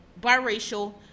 biracial